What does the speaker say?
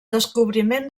descobriment